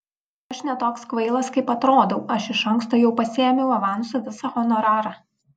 aš ne toks kvailas kaip atrodau aš iš anksto jau pasiėmiau avansu visą honorarą